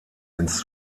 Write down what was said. ins